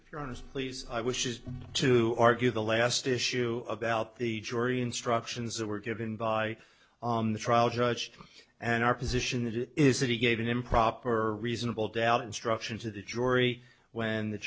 if you're honest please i wish is to argue the last issue about the jury instructions that were given by on the trial judge and our position that it is that he gave an improper reasonable doubt instruction to the jury when the